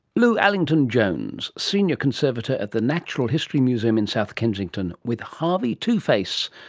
lu allington-jones, senior conservator at the natural history museum in south kensington, with harvey two-face,